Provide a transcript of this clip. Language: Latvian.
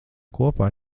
kopā